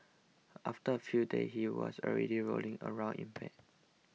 after a few days he was already rolling around in bed